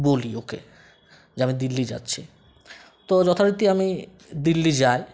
বলি ওকে যে আমি দিল্লি যাচ্ছি তো যথারীতি আমি দিল্লি যাই